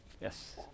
Yes